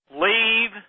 Leave